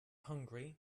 hungry